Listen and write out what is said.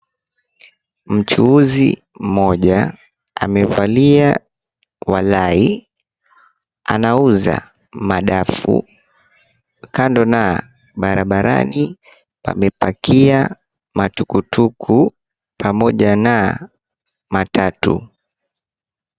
Mchuuzi mmoja amevalia walai. Anauza madafu. Kando na barabarani pamepakia matuktuk pamoja na matatu.